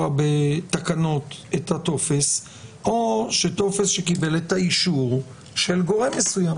בתקנות את הטופס או שטופס שקיבל את האישור של גורם מסוים.